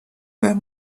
where